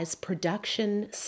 production